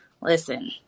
listen